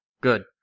good